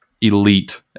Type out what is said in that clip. elite